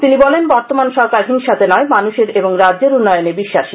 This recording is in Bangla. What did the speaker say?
তিনি বলেন বর্তমান সরকার হিংসাতে নয় মানুষের এবং রাজ্যের উন্নয়নে বিশ্বাসী